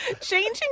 changing